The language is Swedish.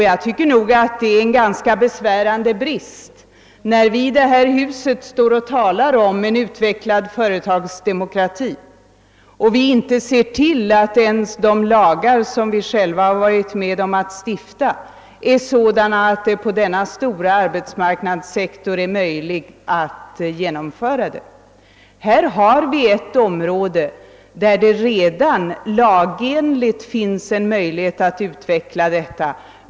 Jag tycker att det är en ganska besvärande brist att vi här i huset talar om en utvecklad företagsdemokrati och inte samtidigt ser till att de lagar vi själva varit med om att stifta är sådana, att det på denna stora arbetsmarknadssektor är möjligt att genomföra företagsdemokrati. Här har vi ett område där det redan finns lagenliga möjligheter att utveckla företagsdemokratin.